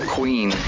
Queen